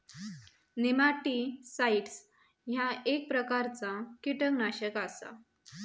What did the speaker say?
nematicides ह्या एक प्रकारचा कीटकनाशक आसा